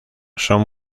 son